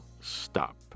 stop